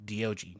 Dog